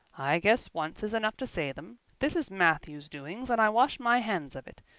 i guess once is enough to say them. this is matthew's doings and i wash my hands of it.